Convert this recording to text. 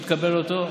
אם תקבל אותו.